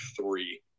three